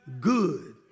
good